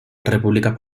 república